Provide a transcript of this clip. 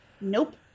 Nope